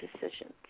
decisions